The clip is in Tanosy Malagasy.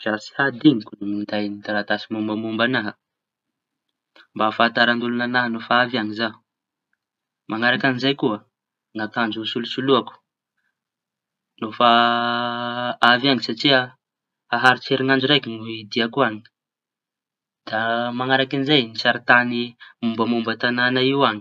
Zavatra tsy hadiñoko ny minday taratasy mombamomba añahy koa mba ahafantaran'oloña no fa avy añy zaho. Mañaraky an'izay koa akanzo hisolosoloako, no fa avy añy satria haharitsy herinandro raiky ny diako añy. Da mañarakin'izay sarin-tañy mombamomba tañana io añy.